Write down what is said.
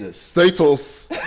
Status